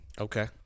Okay